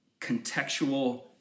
contextual